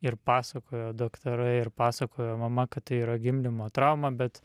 ir pasakojo daktarai ir pasakojo mama kad tai yra gimdymo trauma bet